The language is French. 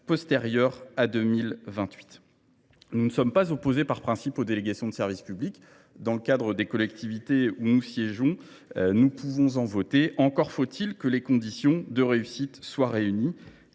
postérieure à 2028. Nous ne sommes pas opposés par principe aux délégations de service public. Dans le cadre des collectivités où nous siégeons, il nous arrive d’en voter ; encore faut il que les conditions de réussite soient réunies.